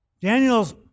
Daniel's